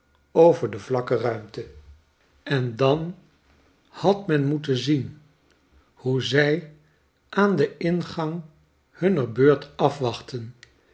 over de vlakke ruimte en dan had men moeten zien hoe zy aan den ingang hunne beurt afwachtten